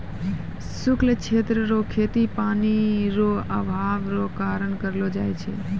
शुष्क क्षेत्र रो खेती पानी रो अभाव रो कारण करलो जाय छै